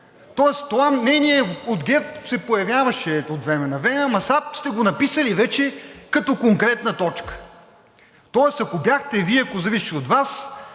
тоест това мнение от ГЕРБ се появяваше от време на време, но сега сте го написали вече като конкретна точка. Тоест, ако бяхте Вие, ако зависи от Вас,